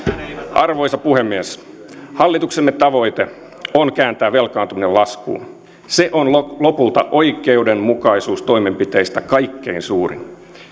arvoisa puhemies hallituksemme tavoite on kääntää velkaantuminen laskuun se on lopulta oikeudenmukaisuustoimenpiteistä kaikkein suurin